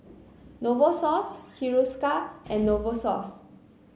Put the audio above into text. Novosource Hiruscar and Novosource